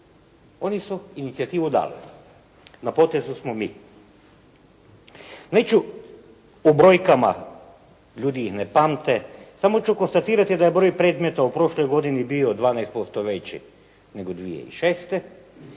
Oni su inicijativu dali, na potezu smo mi. Neću o brojkama, ljudi i ne pamte, samo ću konstatirati da je broj predmeta u prošloj godini bio 12% veći nego 2006.,